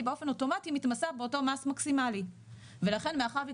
היא באופן אוטומטי מתמסה באותו מס מקסימלי ולכן מאחר שהיא